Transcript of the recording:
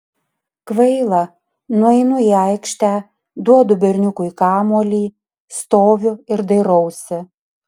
kvaila nueinu į aikštę duodu berniukui kamuolį stoviu ir dairausi